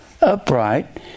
upright